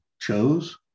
chose